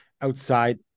outside